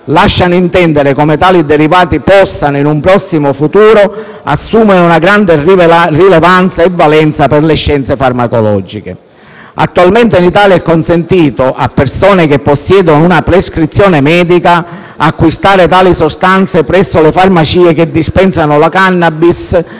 lasciano intendere come tali derivati possano in un prossimo futuro assumere una grande rilevanza e valenza per le scienze farmacologiche. Attualmente in Italia è consentito, a persone che possiedono una prescrizione medica, acquistare tali sostanze presso le farmacie che dispensano la *cannabis*